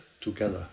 together